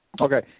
Okay